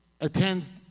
attends